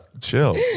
Chill